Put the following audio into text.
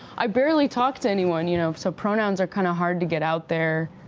i barely talk to anyone, you know, so pronouns are kind of hard to get out there,